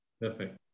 Perfect